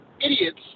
idiots